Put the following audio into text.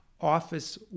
office